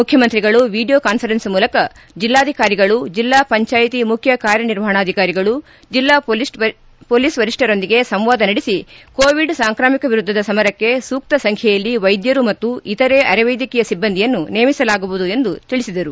ಮುಖ್ಯಮಂತ್ರಿಗಳು video conference ಮೂಲಕ ಜಿಲ್ಲಾಧಿಕಾರಿಗಳು ಜಿಲ್ಲಾ ಪಂಚಾಯಿತಿ ಮುಖ್ಯ ಕಾರ್ಯನಿರ್ವಹಣಾಧಿಕಾರಿಗಳು ಜಿಲ್ಲಾ ಹೊಲೀಸ್ ವರಿಷ್ಠರೊಂದಿಗೆ ಸಂವಾದ ನಡೆಸಿ ಕೋವಿಡ್ ಸಾಂಕ್ರಾಮಿಕ ವಿರುದ್ದದ ಸಮರಕ್ಕೆ ಸೂಕ್ತ ಸಂಖ್ಯೆಯಲ್ಲಿ ವೈದ್ಯರು ಮತ್ತು ಇತರೆ ಅರೆವೈದ್ಯಕೀಯ ಸಿಬ್ಲಂದಿಯನ್ನು ನೇಮಿಸಲಾಗುವುದು ಎಂದು ಹೇಳಿದರು